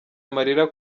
amarira